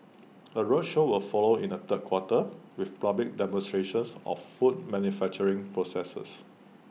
A roadshow will follow in the third quarter with public demonstrations of food manufacturing processes